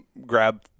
Grab